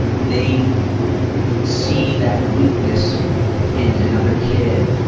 they see that weakness in another kid,